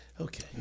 Okay